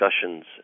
discussions